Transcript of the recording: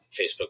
facebook